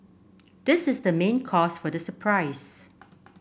this is the main cause for the surprise